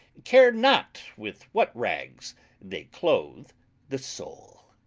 care not with what rags they cloath the soul.